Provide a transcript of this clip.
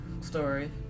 story